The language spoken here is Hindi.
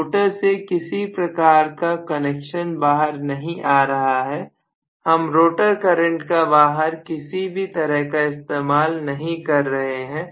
रोटर से किसी प्रकार का कनेक्शन बाहर नहीं आ रहा है हम रोटर करंट का बाहर किसी भी तरह का इस्तेमाल नहीं कर रहे हैं